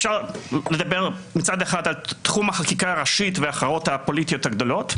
אפשר לדבר מצד אחד על תחום החקיקה הראשית והאחרות הפוליטיות הגדולות,